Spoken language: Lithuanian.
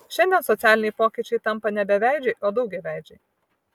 šiandien socialiniai pokyčiai tampa ne beveidžiai o daugiaveidžiai